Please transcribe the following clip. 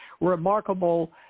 remarkable